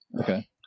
Okay